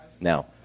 Now